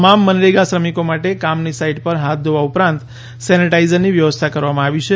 તમામ મનરેગા શ્રમિકો માટે કામની સાઈટ પર હાથ ધોવા ઉપરાંત સેનિટાઈઝરની વ્યવસ્થા કરવા માં આવી છે